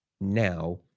now